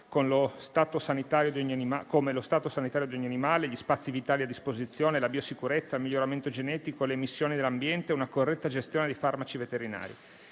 come lo stato sanitario degli animali, gli spazi vitali a disposizione, la biosicurezza, il miglioramento genetico, le emissioni nell'ambiente e una corretta gestione dei farmaci veterinari.